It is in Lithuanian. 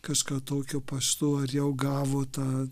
kažką tokio paštu ar jau gavo tą